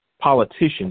politicians